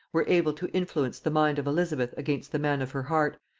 were able to influence the mind of elizabeth against the man of her heart,